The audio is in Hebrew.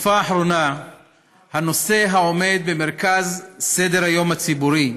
בתקופה האחרונה הנושא העומד במרכז סדר-היום הציבורי,